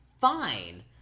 fine